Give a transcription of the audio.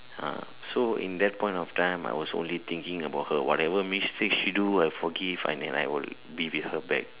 ah so in that point of time I was only thinking about her whatever mistake she do I forgive I nev I will be with her back